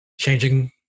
changing